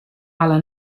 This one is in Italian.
alla